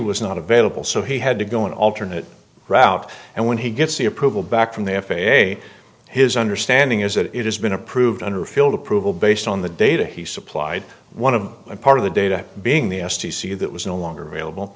was not available so he had to go an alternate route and when he gets the approval back from the f a a his understanding is that it has been approved under field approval based on the data he supplied one of a part of the data being the s t c that was no longer available